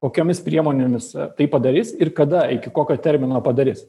kokiomis priemonėmis tai padarys ir kada iki kokio termino padarys